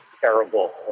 terrible